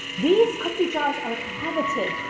these cookie jars are coveted.